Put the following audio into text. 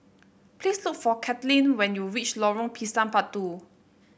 please look for Kaitlynn when you reach Lorong Pisang Batu